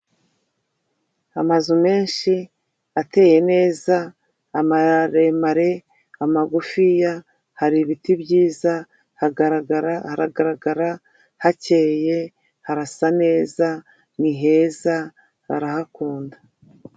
Amazu menshi ateye neza, amaremare amagufiya , hari ibiti byiza, haragaragara , hakeye, harasa neza, niheza barahakunda.